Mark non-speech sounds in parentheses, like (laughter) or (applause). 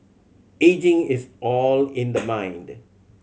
ageing is all in the (noise) mind